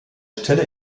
stelle